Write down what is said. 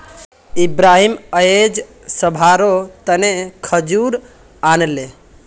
इब्राहिम अयेज सभारो तने खजूर आनले